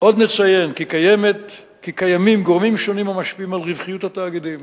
עוד נציין כי קיימים גורמים שונים המשפיעים על רווחיות התאגידים